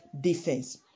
defense